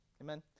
Amen